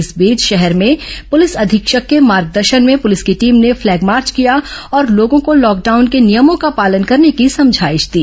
इस बीच शहर में पुलिस अधीक्षक के मार्गदर्शन में पुलिस की टीम ने फ्लैग मार्च किया और लोगों को लॉकडाउन के नियमों का पालन करने की समझाईश दी